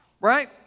right